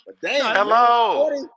hello